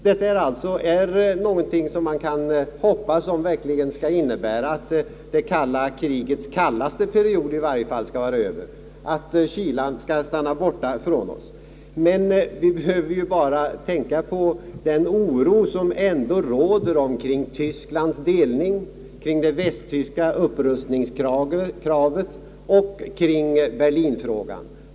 Det är alltså någonting som man kan hoppas verkligen skall innebära, att det kalla krigets kallaste period i varje fall skall vara över, att kylan skall stanna borta från oss. Men vi behöver ju bara tänka på den oro som ändå råder omkring Tysklands delning, kring det västtyska upprustningskravet och kring Berlinfrågan.